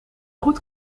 goed